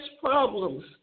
problems